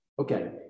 Okay